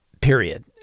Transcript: period